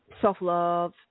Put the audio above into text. self-love